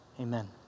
Amen